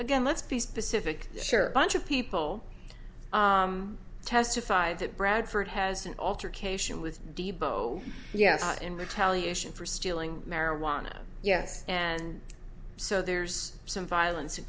again let's be specific sure bunch of people testify that bradford has an altar cation with debo yes in retaliation for stealing marijuana yes and so there's some violence in